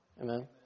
Amen